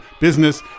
business